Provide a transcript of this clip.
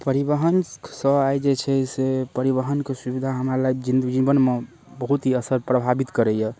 परिवहनसँ आइ जे छै से परिवहन कऽ सुबिधा हमरा लऽ जीवनमे बहुत ही असर प्रभावित करैए